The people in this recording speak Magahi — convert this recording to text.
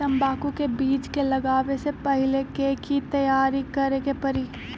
तंबाकू के बीज के लगाबे से पहिले के की तैयारी करे के परी?